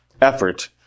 effort